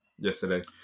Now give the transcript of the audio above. Yesterday